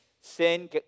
sin